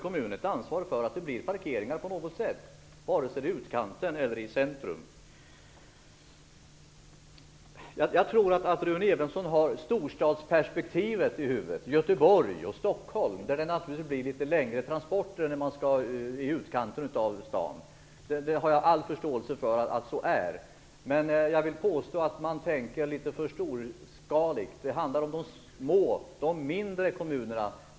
Kommunerna har ett ansvar för att det skapas parkeringsmöjligheter på något sätt, vare sig det blir i utkanten eller i centrum. Jag tror att Rune Evensson har storstadsperspektivet i huvudet. Han tänker på Göteborg och Stockholm, där det naturligtvis blir litet längre transporter när man skall till utkanten av staden. Jag har all förståelse för att det är på det viset. Men jag vill påstå att han ändå tänker litet för storskaligt. Det handlar nu om de små, de mindre kommunerna.